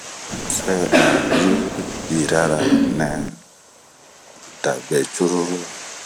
Mu se ayi yirara nɛda be cururu,